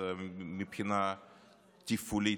מבחינה תפעולית.